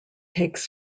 takes